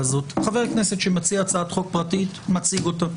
שמציע הצעת חוק פרטית, מציג אותה.